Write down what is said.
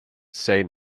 say